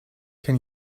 can